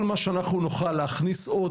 גם מה שאתה אומר עכשיו זה מאוד מעודד.